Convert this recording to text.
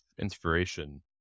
inspiration